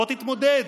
בוא תתמודד.